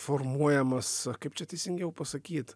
formuojamas kaip čia teisingiau pasakyt